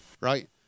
right